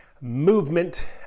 movement